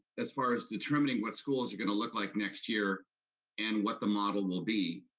as far as determining what schools are gonna look like next year and what the model will be.